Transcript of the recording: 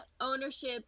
ownership